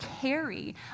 carry